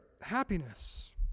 happiness